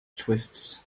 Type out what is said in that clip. twists